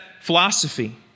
philosophy